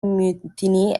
mutiny